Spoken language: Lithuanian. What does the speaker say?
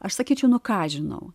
aš sakyčiau nu ką aš žinau